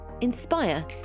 inspire